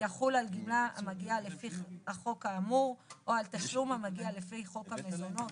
יחול על גמלה המגיעה לפי החוק האמור או על תשלום המגיע לפי חוק המזונות